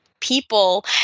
people